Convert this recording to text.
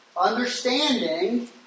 Understanding